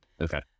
okay